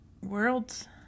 worlds